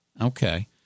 Okay